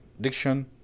diction